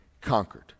conquered